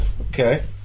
Okay